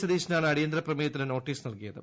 സതീശനാണ് അടിയന്തര പ്രമേയത്തിന് നോട്ടീസ് നൽകിയത്